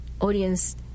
audience